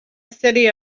city